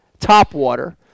topwater